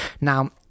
Now